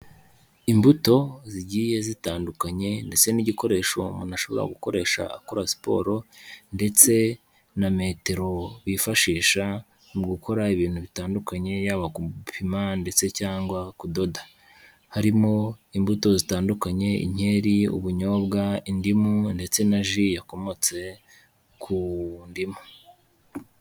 Imbuto zigiye zitandukanye, ndetse n'igikoresho umuntu ashobora gukoresha akora siporo, ndetse na metero bifashisha mu gukora ibintu bitandukanye, yaba gupima ndetse cyangwa kudoda, harimo imbuto zitandukanye, inkeri, ubunyobwa, indimu, ndetse na ji yakomotse ku ndimu.